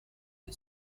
the